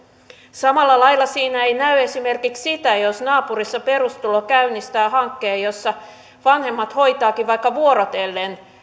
samalla lailla siinä ei näy esimerkiksi sitä jos naapurissa perustulo käynnistää hankkeen jossa vanhemmat hoitavatkin vaikka vuorotellen